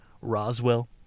Roswell